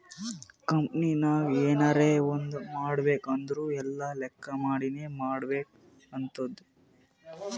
ನೀ ಕಂಪನಿನಾಗ್ ಎನರೇ ಒಂದ್ ಮಾಡ್ಬೇಕ್ ಅಂದುರ್ ಎಲ್ಲಾ ಲೆಕ್ಕಾ ಮಾಡಿನೇ ಮಾಡ್ಬೇಕ್ ಆತ್ತುದ್